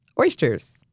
Oysters